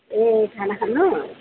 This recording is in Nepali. ए खाना खानु